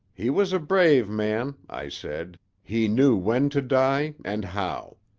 he was a brave man i said he knew when to die, and how.